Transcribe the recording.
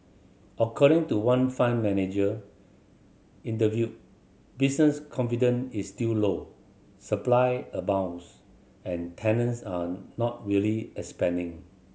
according to one fund manager interviewed business confident is still low supply abounds and tenants are not really expanding